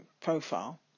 profile